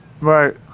right